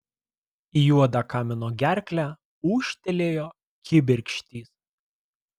į juodą kamino gerklę ūžtelėjo kibirkštys